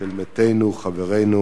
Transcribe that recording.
של מתינו, חברינו,